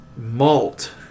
malt